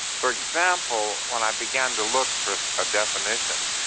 for example, when i began to look for a definition,